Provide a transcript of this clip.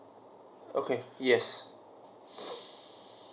okay yes